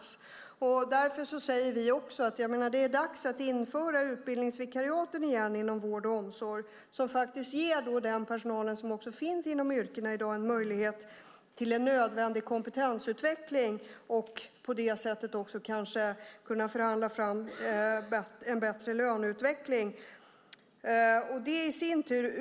Därför säger vi att det är dags att återinföra utbildningsvikariaten inom vård och omsorg. De ger den personal som finns inom yrkena möjlighet till nödvändig kompetensutveckling. På det sättet kan de kanske förhandla fram en bättre löneutveckling.